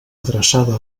adreçada